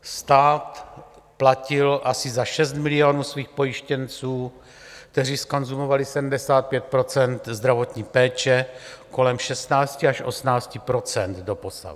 Stát platil asi za 6 milionů svých pojištěnců, kteří zkonzumovali 75 % zdravotní péče, kolem 16 až 18 % doposud.